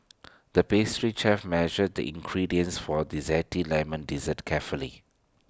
the pastry chef measured the ingredients for A Zesty Lemon Dessert carefully